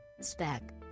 spec